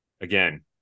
again